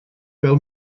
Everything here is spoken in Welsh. fel